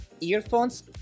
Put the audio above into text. earphones